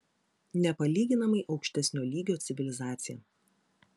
nepalyginamai aukštesnio lygio civilizacija